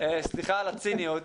סליחה על הציניות,